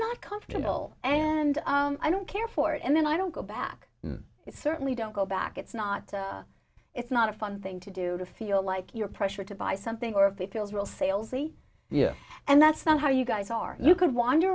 not comfortable and i don't care for it and then i don't go back it certainly don't go back it's not it's not a fun thing to do to feel like you're pressured to buy something or of it feels real sales lee yeah and that's not how you guys are you could wander